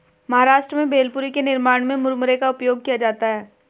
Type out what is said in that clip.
महाराष्ट्र में भेलपुरी के निर्माण में मुरमुरे का उपयोग किया जाता है